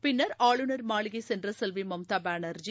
பின்னர் ஆளுநர் மாளிகை சென்ற செல்வி மம்தா பேனர்ஜி